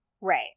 Right